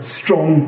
strong